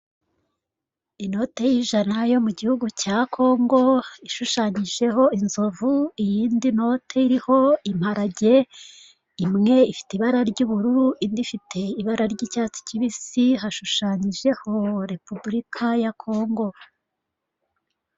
Inote y'ijana yo mu gihugu cya kongo ishushanyijeho inzovu. Iyindi note iriho imparage imwe ifite ibara ry'ubururu indi ifite ibara ry'icyatsi kibisi hashushanyijeho repuburika ya kongo.